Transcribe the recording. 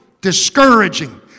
discouraging